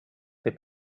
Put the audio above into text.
they